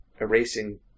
erasing